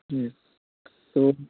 হুম তো